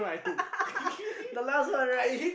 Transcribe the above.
the last one right